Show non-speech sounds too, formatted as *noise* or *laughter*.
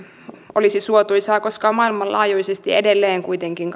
olisi suotuisaa koska maailmanlaajuisesti edelleen kuitenkin *unintelligible*